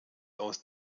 aus